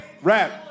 Rap